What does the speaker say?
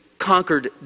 conquered